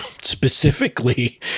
specifically